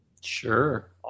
Sure